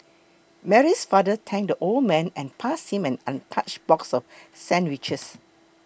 Mary's father thanked the old man and passed him an untouched box of sandwiches